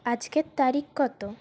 আজকের তারিখ কত